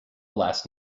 last